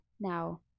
Now